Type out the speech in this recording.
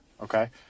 Okay